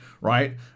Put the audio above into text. Right